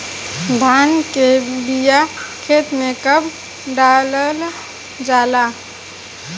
धान के बिया खेत में कब डालल जाला?